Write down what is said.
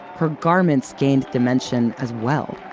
her garments gained dimensions as well